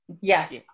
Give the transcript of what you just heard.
yes